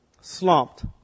slumped